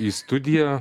į studiją